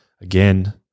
Again